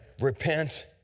repent